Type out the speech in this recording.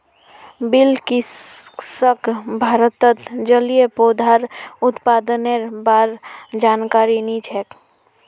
बिलकिसक भारतत जलिय पौधार उत्पादनेर बा र जानकारी नी छेक